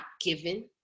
given